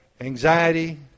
anxiety